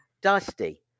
Dusty